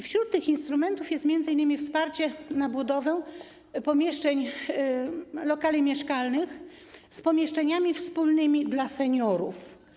Wśród tych instrumentów jest m.in. wsparcie na budowę lokali mieszkalnych z pomieszczeniami wspólnymi dla seniorów.